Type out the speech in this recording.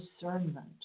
discernment